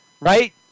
right